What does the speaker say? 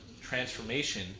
transformation